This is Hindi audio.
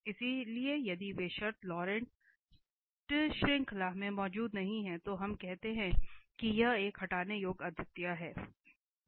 इसलिए यदि वे शर्तें लॉरेंट श्रृंखला में मौजूद नहीं हैं तो हम कहते हैं कि यह एक हटाने योग्य अद्वितीयता है